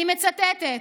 אני מצטטת: